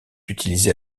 utilisé